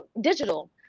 digital